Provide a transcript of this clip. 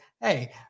hey